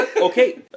Okay